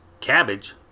Cabbage